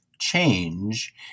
change